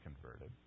converted